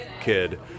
kid